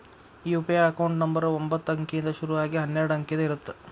UPI account number ಒಂಬತ್ತ ಅಂಕಿಯಿಂದ್ ಶುರು ಆಗಿ ಹನ್ನೆರಡ ಅಂಕಿದ್ ಇರತ್ತ